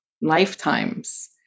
lifetimes